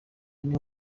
niho